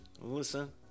listen